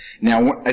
Now